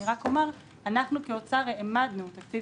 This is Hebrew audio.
אני רק אומר שאנחנו כאוצר העמדנו תקציב